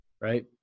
right